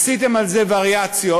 עשיתם על זה וריאציות.